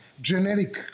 generic